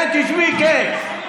כן, תשבי, כן.